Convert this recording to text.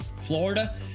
Florida